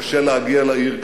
קשה להגיע לעיר,